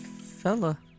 Fella